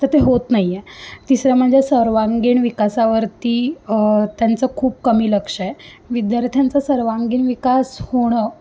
तर ते होत नाही आहे तिसरं म्हणजे सर्वांगीण विकासावरती त्यांचं खूप कमी लक्ष आहे विद्यार्थ्यांचा सर्वांगीण विकास होणं